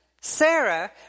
Sarah